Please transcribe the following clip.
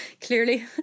clearly